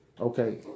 Okay